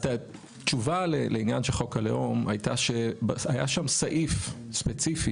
תשובה לעניין של חוק הלאום הייתה שהיה שם סעיף ספציפי